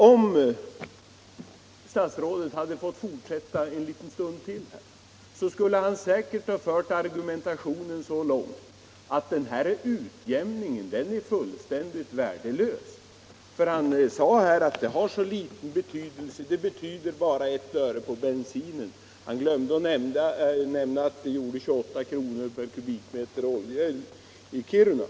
Om statsrådet här hade fått fortsätta en liten stund till, så skulle han säkert ha fört argumentationen så långt att han sagt att den här föreslagna prisutjämningen är fullständigt värdelös. Herr Feldt sade ju att utjämningen bara betyder 1 öre på bensinen. Men han glömde nämna att den gör 28 kr. per kubikmeter olja i Kiruna.